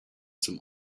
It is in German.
zum